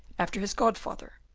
after his godfather